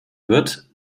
wird